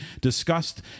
discussed